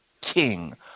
king